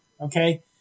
okay